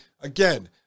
again